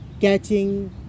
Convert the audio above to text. catching